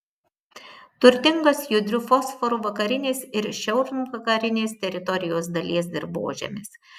turtingas judriu fosforu vakarinės ir šiaurvakarinės teritorijos dalies dirvožemis